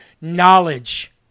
knowledge